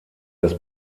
das